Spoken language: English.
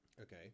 Okay